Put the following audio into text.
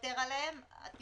תוותר על (א)(1) ו-(א)(3),